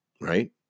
right